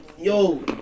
yo